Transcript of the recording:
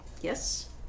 yes